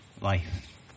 life